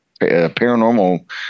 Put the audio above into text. paranormal